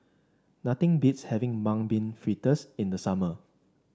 nothing beats having Mung Bean Fritters in the summer